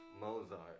Mozart